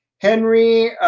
Henry